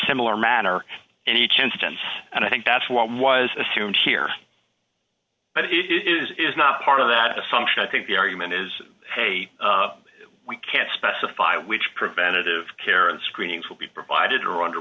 similar manner in each instance and i think that's what was assumed here but it is not part of that assumption i think the argument is a we can't specify which preventive care and screenings will be provided or under